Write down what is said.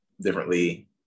differently